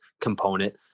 component